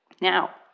Now